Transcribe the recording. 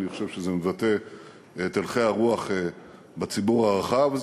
אני חושב שזה מבטא את הלכי הרוח בציבור הרחב.